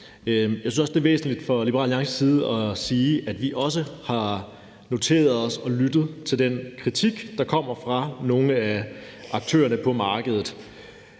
Jeg synes, det er væsentligt fra Liberal Alliances side at sige, at vi også har noteret os og lyttet til den kritik, der kommer fra nogle af aktørerne på markedet.